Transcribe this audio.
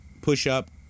push-up